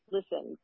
Listen